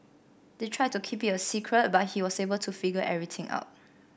they tried to keep it a secret but he was able to figure everything out